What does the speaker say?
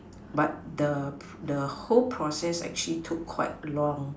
but the the whole process actually took quite long